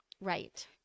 Right